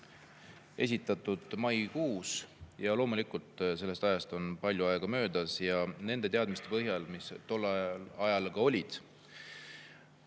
esitatud maikuus – loomulikult sellest ajast on palju aega möödas – ja nende teadmiste põhjal, mis tol ajal